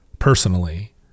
personally